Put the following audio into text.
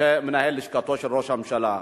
כמנהל לשכתו של ראש הממשלה.